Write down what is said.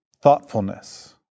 Thoughtfulness